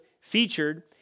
featured